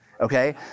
okay